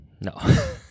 No